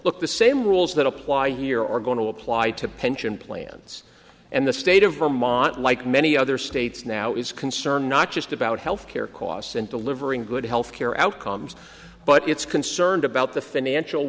look the same rules that apply your are going to apply to pension plans and the state of vermont like many other states now is concerned not just about health care costs and delivering good health care outcomes but it's concerned about the financial